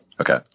Okay